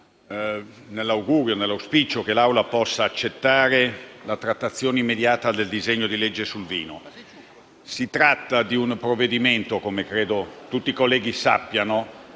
nell'auspicio che l'Assemblea possa accettare la trattazione immediata del disegno di legge sul vino. Si tratta di un provvedimento, come credo i colleghi sappiano,